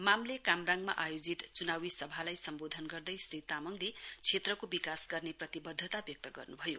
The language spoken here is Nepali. मामले कामराङमा आयोजित चुनावी सभालाई सम्वोधन गर्दै श्री तामङले क्षेत्रको विकास गर्ने प्रतिवध्दता व्यक्त गर्नुभयो